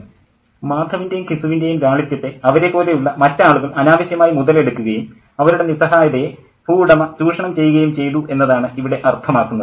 " professor മാധവിൻ്റേയും ഘിസുവിൻ്റേയും ലാളിത്യത്തെ അവരെ പോലെയുള്ള മറ്റ് ആളുകൾ അനാവശ്യമായി മുതലെടുക്കുകയും അവരുടെ നിസ്സഹായതയെ ഭൂവുടമ ചൂഷണം ചെയ്യുകയും ചെയ്തു എന്നതാണ് ഇവിടെ അർത്ഥമാക്കുന്നത്